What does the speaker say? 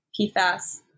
PFAS